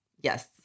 Yes